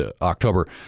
October